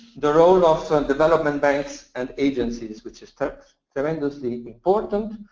the role of development banks and agencies, which is tremendously important.